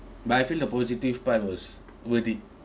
but I feel the positive part was worth it